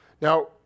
Now